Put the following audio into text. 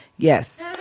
Yes